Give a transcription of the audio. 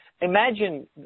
imagine